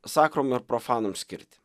sakrum ir profanum skirtį